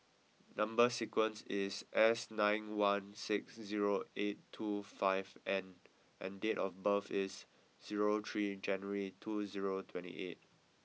number sequence is S nine one six zero eight two five N and date of birth is zero three January two zero twenty eight